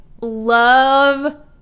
Love